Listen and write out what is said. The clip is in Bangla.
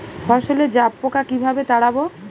ফসলে জাবপোকা কিভাবে তাড়াব?